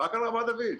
רק על רמת דוד.